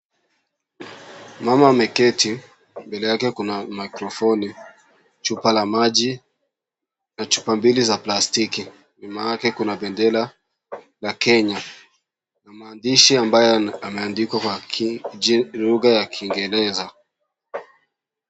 Mama ameketi, mbele yake kuna mikrofoni, chupa la maji na chupa mbili za plastiki. Nyuma yake kuna bendera la Kenya na maandishi ambayo yameandikwa kwa lugha ya kiingereza.